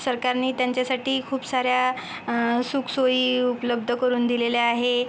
सरकारने त्यांच्यासाठी खूप साऱ्या सुखसोयी उपलब्ध करून दिलेल्या आहे